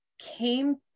came